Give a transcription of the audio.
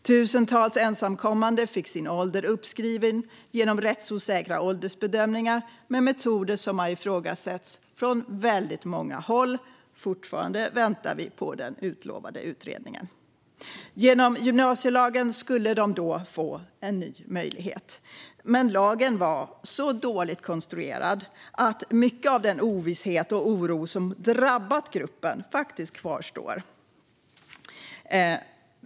Tusentals ensamkommande fick sin ålder uppskriven genom rättsosäkra åldersbedömningar med metoder som har ifrågasatts från väldigt många håll. Vi väntar fortfarande på den utlovade utredningen. Genom gymnasielagen skulle de få en ny möjlighet. Men lagen var så dåligt konstruerad att mycket av den ovisshet och oro som drabbat gruppen kvarstår.